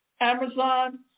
Amazon